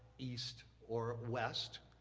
east, or west,